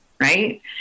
right